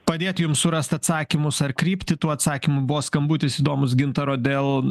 padėti jums surast atsakymus ar krypti tų atsakymų buvo skambutis įdomūs gintaro dėl